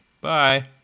Bye